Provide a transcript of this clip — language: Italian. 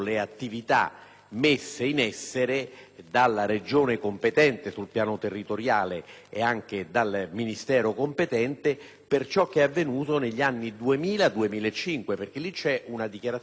poste in essere dalla Regione competente sul piano territoriale e dal Ministero competente per ciò che è avvenuto negli anni 2000-2005. Vi è infatti una dichiarazione precisa: